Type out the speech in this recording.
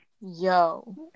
Yo